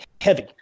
heavy